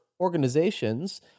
organizations